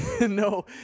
No